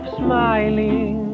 smiling